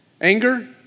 Anger